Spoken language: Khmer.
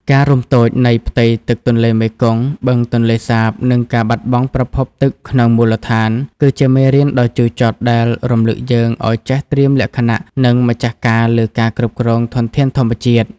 ការរួមតូចនៃផ្ទៃទឹកទន្លេមេគង្គ បឹងទន្លេសាប និងការបាត់បង់ប្រភពទឹកក្នុងមូលដ្ឋាន គឺជាមេរៀនដ៏ជូរចត់ដែលរំលឹកយើងឱ្យចេះត្រៀមលក្ខណៈ និងម្ចាស់ការលើការគ្រប់គ្រងធនធានធម្មជាតិ។